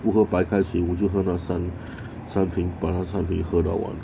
不喝白开水我就喝那三三瓶把那三瓶和到完